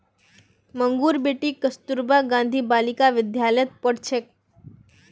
मंगूर बेटी कस्तूरबा गांधी बालिका विद्यालयत पढ़ छेक